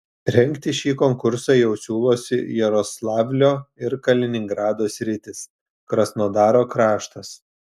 rengti šį konkursą jau siūlosi jaroslavlio ir kaliningrado sritys krasnodaro kraštas